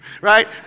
Right